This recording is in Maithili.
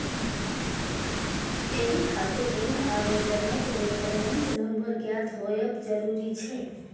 एहि खातिर ऋण आवेदनक रेफरेंस नंबर ज्ञात होयब जरूरी छै